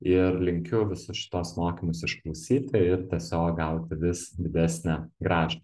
ir linkiu visus šituos mokymus išklausyti ir tiesiog gauti vis didesnę grąžą